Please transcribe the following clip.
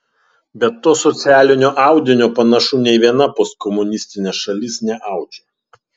bet to socialinio audinio panašu nei viena postkomunistinė šalis neaudžia